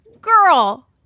Girl